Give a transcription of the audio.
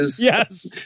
Yes